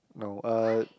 no uh